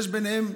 יש ביניהם,